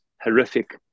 horrific